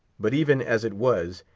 but even as it was,